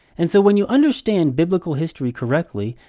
and so, when you understand biblical history correctly,